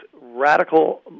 radical